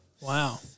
Wow